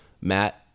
Matt